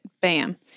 Bam